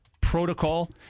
protocol